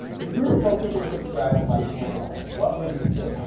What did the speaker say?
if you were to tell people to subscribe to my channel, what would you say?